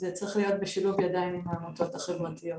זה צריך להיות בשילוב ידיים עם העמותות החברתיות.